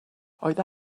oedd